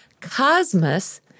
Cosmos